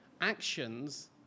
actions